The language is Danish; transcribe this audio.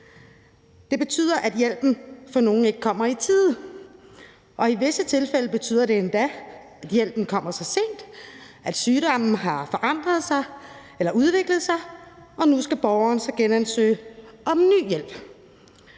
Det betyder, at hjælpen for nogle ikke kommer i tide, og i visse tilfælde betyder det endda, at hjælpen kommer for sent, at sygdommen har forandret sig eller udviklet sig, og nu skal borgeren så genansøge om ny hjælp.